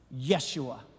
Yeshua